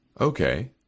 Okay